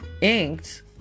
inked